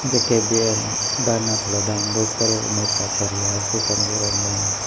जेके बि आहिनि गाना थोरा डाउनलोड करे उन हिसाब सां रियाज़ बि कंदो रहंदो आहियां